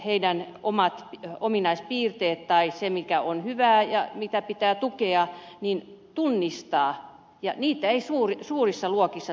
oppilaiden kaikki ominaispiirteet mikä on hyvää ja mitä pitää tukea pitäisi tunnistaa ja niitä ominaispiirteitä ei suurissa luokissa tunnisteta